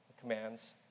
commands